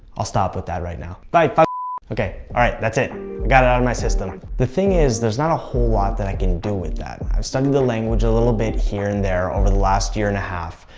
i'll stop with that right now. but but okay! alright, that's it. i got it out of my system. the thing is, there's not a whole lot that i can do with that. studied the language a little bit here and there over the last year and a half,